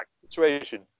situation